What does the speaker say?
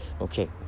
okay